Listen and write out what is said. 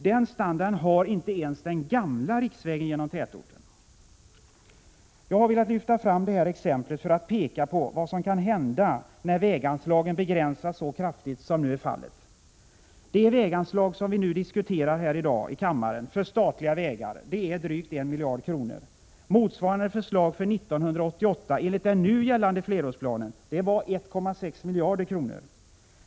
Den standarden har inte ens den gamla riksvägen genom tätorten! Jag har velat lyfta fram det här exemplet för att peka på vad som kan hända när väganslagen begränsas så kraftigt som nu är fallet. Det väganslag vi diskuterar här i dag för statliga vägar uppgår till drygt 1 miljard kronor. 179 Motsvarande förslag för 1988 enligt den nu gällande flerårsplanen var 1,6 miljarder kronor.